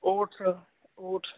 oats sir oats